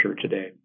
today